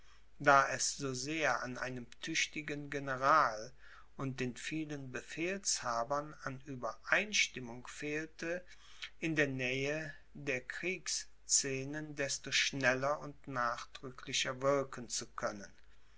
da es so sehr an einem tüchtigen general und den vielen befehlshabern an übereinstimmung fehlte in der nähe der kriegsscenen desto schneller und nachdrücklicher wirken zu können